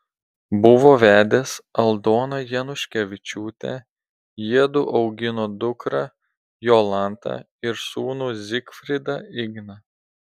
buvo vedęs aldona januškevičiūtę jiedu augino dukrą jolantą ir sūnų zigfridą igną